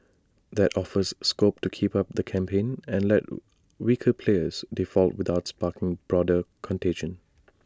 that offers scope to keep up the campaign and let weaker players default without sparking broader contagion